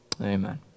Amen